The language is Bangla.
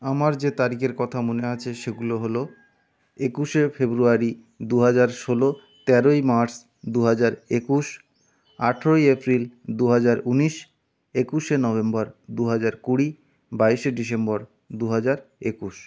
আমার যে তারিখের কথা মনে আছে সেগুলো হলো একুশে ফেব্রুয়ারি দু হাজার ষোলো তেরোই মার্চ দু হাজার একুশ আঠেরোই এপ্রিল দু হাজার উনিশ একুশে নভেম্বর দু হাজার কুড়ি বাইশে ডিসেম্বর দু হাজার একুশ